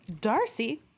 Darcy